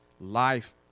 life